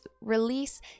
release